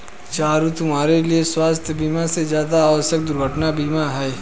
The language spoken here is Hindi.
चारु, तुम्हारे लिए स्वास्थ बीमा से ज्यादा आवश्यक दुर्घटना बीमा है